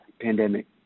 pandemic